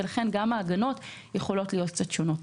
לכן, גם ההגנות יכולות להיות קצת שונות.